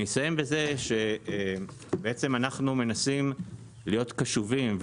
אסיים בזה שאנחנו מנסים להיות קשובים,